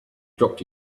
dropped